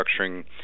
structuring